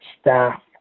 staff